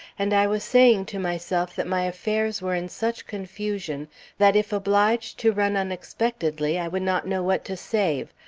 and i was saying to myself that my affairs were in such confusion that if obliged to run unexpectedly i would not know what to save,